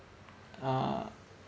uh